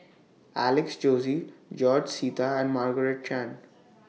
Alex Josey George Sita and Margaret Chan